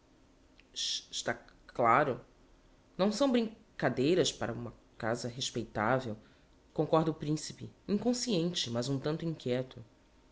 c claro não são brin cadeiras para uma casa respeitavel concorda o principe inconsciente mas um tanto inquieto